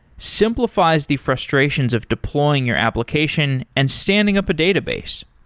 simplifies the frustrations of deploying your application and standing up a database.